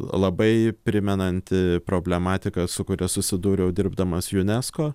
labai primenanti problematiką su kuria susidūriau dirbdamas unesco